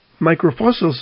Microfossils